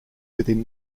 within